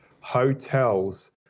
hotels